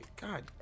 God